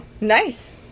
Nice